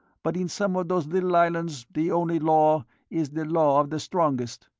but in some of those little islands the only law is the law of the strongest.